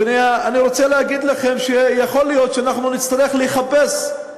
ואני רוצה להגיד לכם שיכול להיות שאנחנו נצטרך לחפש את,